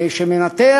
שמנתח